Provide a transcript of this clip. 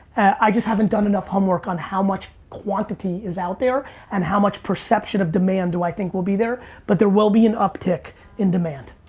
i just haven't done enough homework on how much quantity is out there and how much perception of demand do i think will be there but there will be and uptick in demand.